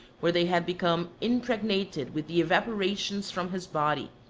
where they had become impregnated with the evap orations from his body,